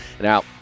Now